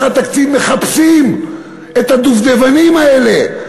התקציב מחפשים את ה"דובדבנים" האלה,